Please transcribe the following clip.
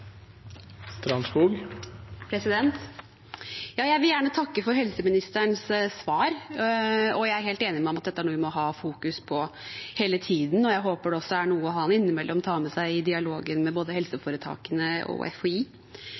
helt enig med ham i at dette er noe vi må fokusere på hele tiden. Jeg håper det også er noe han innimellom tar med seg inn i dialogen med både helseforetakene og